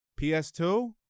PS2